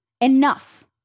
Enough